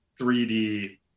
3D